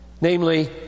namely